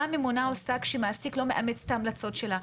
מה הממונה עושה כשמעסיק לא מאמץ את ההמלצות שלה?